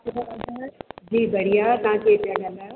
जी बढ़िया तव्हां केरु पिया ॻाल्हायो